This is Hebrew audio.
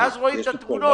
ואז רואים את התמונות.